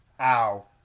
ow